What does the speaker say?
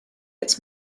its